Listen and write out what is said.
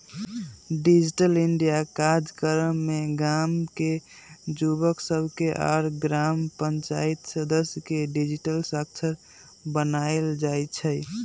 digital India काजक्रम में गाम के जुवक सभके आऽ ग्राम पञ्चाइत सदस्य के डिजिटल साक्षर बनाएल जाइ छइ